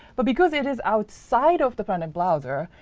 but because it is outside of the planet browser,